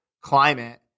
climate